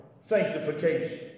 sanctification